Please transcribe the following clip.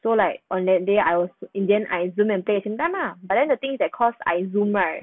so like on that day I was in the end I Zoom and play at the same time lah but then the thing is that cause I Zoom right